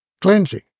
cleansing